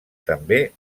també